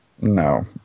No